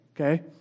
okay